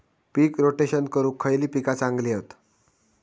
पीक rotation करूक खयली पीका चांगली हत?